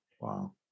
Wow